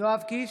יואב קיש,